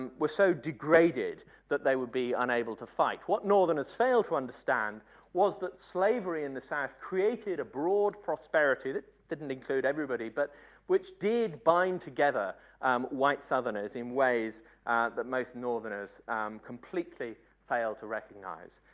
and were so degraded that they would be unable to fight. what northerners failed to understand was that slavery in the south created a broad prosperity that didn't include everybody but which did bind together um white southerners in ways that most northerners completely failed to recognize.